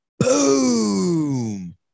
boom